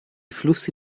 flussi